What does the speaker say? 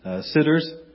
Sitters